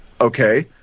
Okay